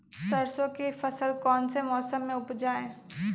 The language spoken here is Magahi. सरसों की फसल कौन से मौसम में उपजाए?